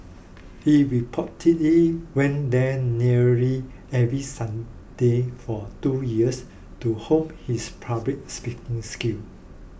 he reportedly went there nearly every Sunday for two years to hone his public speaking skill